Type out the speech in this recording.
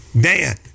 Dan